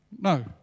no